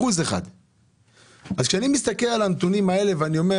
אז כשאני מסתכל על הנתונים האלה אני אומר